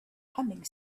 humming